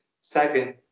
second